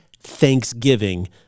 Thanksgiving